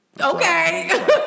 Okay